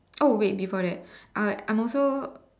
oh wait before that I I'm also